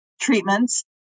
treatments